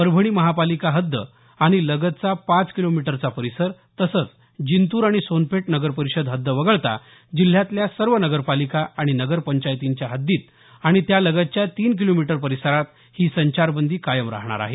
परभणी महानगरपालिका हद्द आणि लगतचा पाच किलोमीटरचा परिसर तसंच जिंतूर आणि सोनपेठ नगरपरिषद हह्द वगळता जिल्ह्यातल्या सर्व नगरपालिका आणि नगर पंचायतींच्या हद्दीत आणि त्यालगतच्या तीन किलोमीटर परिसरात ही संचारबंदी कायम राहणार आहे